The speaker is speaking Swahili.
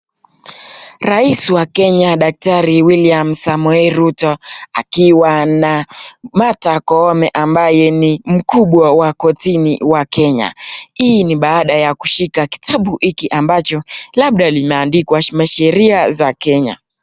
Rais wa Kenya Daktari William Samoei Ruto akiwa na Martha Koome ambaye ni mkubwa wa kotini wa Kenya. Hii ni baada ya kushika kitabu hiki ambacho labda limeandikwa masheria za Kenya.